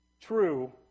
true